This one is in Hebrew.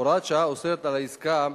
הוראת השעה אוסרת העסקה,